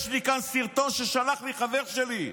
יש לי כאן סרטון ששלח חבר שלי,